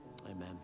amen